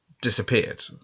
disappeared